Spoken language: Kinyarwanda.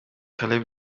caleb